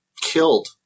killed